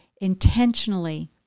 intentionally